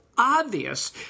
obvious